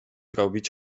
robić